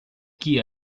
que